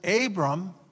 Abram